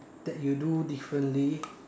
that you do differently